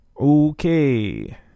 Okay